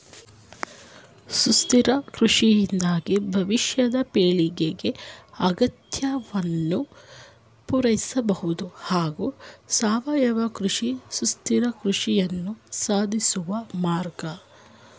ಸುಸ್ಥಿರ ಕೃಷಿಯಿಂದಾಗಿ ಭವಿಷ್ಯದ ಪೀಳಿಗೆ ಅಗತ್ಯವನ್ನು ಪೂರೈಸಬಹುದು ಹಾಗೂ ಸಾವಯವ ಕೃಷಿ ಸುಸ್ಥಿರ ಕೃಷಿಯನ್ನು ಸಾಧಿಸುವ ಮಾರ್ಗ